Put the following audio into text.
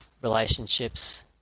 relationships